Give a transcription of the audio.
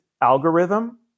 algorithm